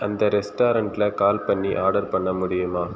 அந்த ரெஸ்டாரண்ட்டில் கால் பண்ணி ஆர்டர் பண்ண முடியுமா